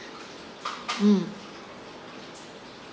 mm